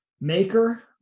Maker